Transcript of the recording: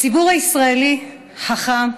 הציבור הישראלי חכם,